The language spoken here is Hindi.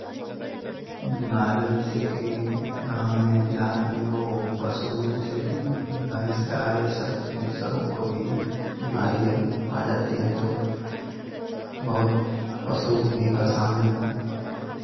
बीमारी जैसेकि गाँव में देहात में वो पशु जैसेकि भैंस गाय ये सब इन सबों को भी बीमारी जब आ जाती है तो बहुत पशु भी परेशान